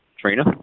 Trina